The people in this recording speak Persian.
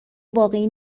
واقعی